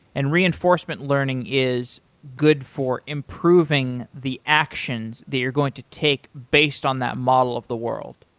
and reinforcement learning is good for improving the actions that you're going to take based on that model of the world?